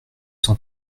cent